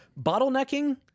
bottlenecking